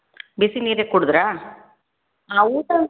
ಬಿಸಿ ನೀರೇ ಕುಡಿದ್ರಾ ಹಾಂ ಊಟ